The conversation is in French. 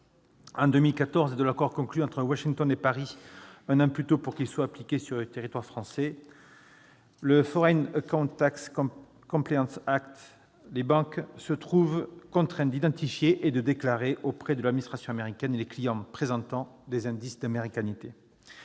et de l'accord conclu entre Washington et Paris, un an plus tôt, pour qu'il soit appliqué sur le territoire français, les banques se trouvent contraintes d'identifier et de déclarer auprès de l'administration américaine les clients présentant des « indices d'américanité